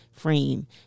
frame